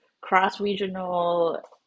cross-regional